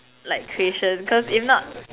like creation cause if not